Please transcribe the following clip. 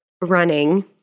running